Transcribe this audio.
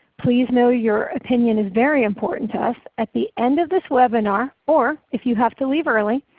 please know your opinion is very important to us. at the end of this webinar, or if you have to leave early,